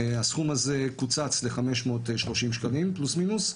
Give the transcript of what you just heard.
הסכום הזה קוצץ ל-530 שקלים פלוס מינוס,